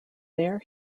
there